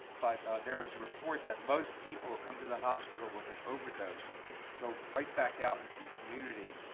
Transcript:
but there is a report that most people who come to the hospital with an overdose go right back out into the community,